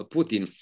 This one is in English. Putin